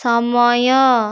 ସମୟ